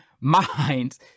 minds